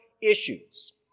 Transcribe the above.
issues